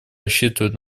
рассчитывает